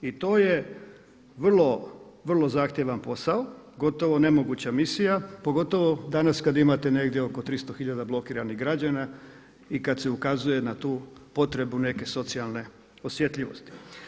I to je vrlo, vrlo zahtjevan posao, gotovo nemoguća, pogotovo danas kada imate negdje oko 300 hiljada blokiranih građana i kada se ukazuje na tu potrebu neke socijalne osjetljivosti.